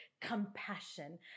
compassion